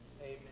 Amen